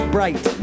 Bright